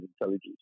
intelligence